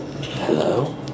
Hello